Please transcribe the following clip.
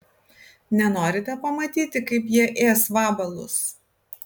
nenorite pamatyti kaip jie ės vabalus